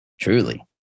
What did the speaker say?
Truly